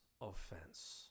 offense